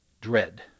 Dread